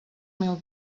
mil